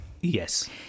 Yes